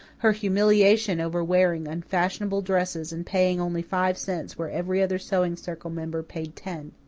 her humiliation over wearing unfashionable dresses and paying only five cents where every other sewing circle member paid ten.